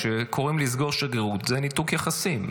כשקוראים לסגור שגרירות, זה ניתוק יחסים.